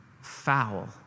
foul